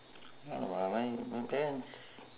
no lah my my parents